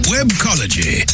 Webcology